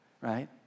right